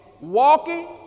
walking